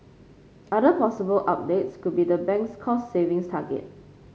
other possible updates could be the bank's cost savings target